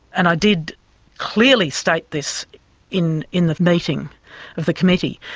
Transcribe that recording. and i did clearly state this in in the meeting of the committee,